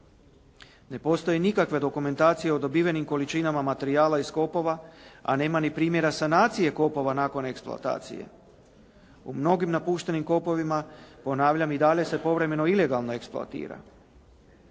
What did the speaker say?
Ne postoji nikakva dokumentacija o dobivenim količinama materijala iz kopova, a nema ni primjera sanacije kopova nakon eksploatacije. U mnogim napuštenim kopovima ponavljam i dalje se povremeno ilegalno eksploatira.